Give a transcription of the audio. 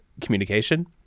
communication